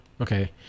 okay